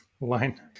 line